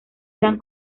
eran